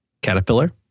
Caterpillar